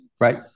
right